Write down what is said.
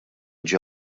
ġie